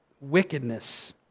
wickedness